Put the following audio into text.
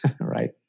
right